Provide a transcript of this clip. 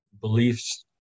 beliefs